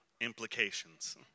implications